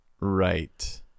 Right